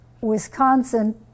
Wisconsin